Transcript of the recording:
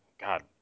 God